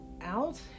out